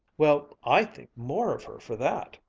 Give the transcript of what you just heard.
well, i think more of her for that!